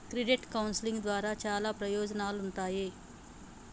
credit counselling ద్వారా చాలా ప్రయోజనాలుంటాయి